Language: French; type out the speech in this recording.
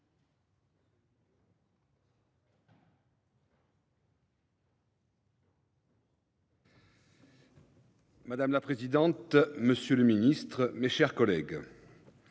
Madame la présidente, monsieur le ministre, mes chers collègues,